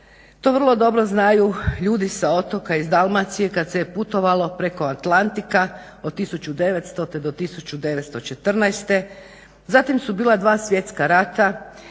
To vrlo dobro znaju ljudi sa otoka iz Dalmacije kada se je putovalo preko Atlantika od 1990. do 1914., zatim su bila dva svjetska rata